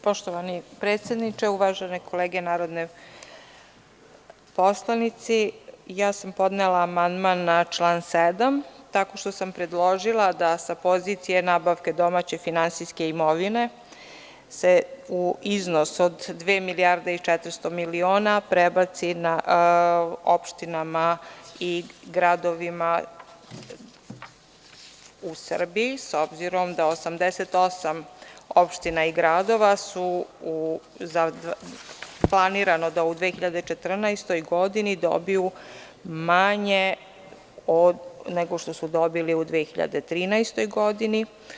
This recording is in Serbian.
Poštovani predsedniče, uvažene kolege narodni poslanici, podnela sam amandman na član 7, tako što sam predložila da sa pozicije nabavke domaće finansijske imovine se iznos od dve milijarde i 400 miliona prebaci opštinama i gradovima u Srbiji, s obzirom da 88 opština i gradova treba da u 2014. godini dobiju manje nego što su dobili u 2013. godini.